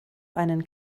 einen